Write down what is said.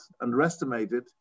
underestimated